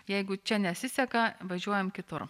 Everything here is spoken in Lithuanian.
jeigu čia nesiseka važiuojam kitur